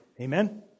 Amen